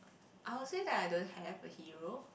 I would say that I don't have a hero